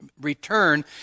return